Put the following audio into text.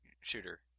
shooter